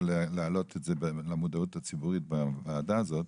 להעלות את זה למודעות הציבורית בוועדה הזאת,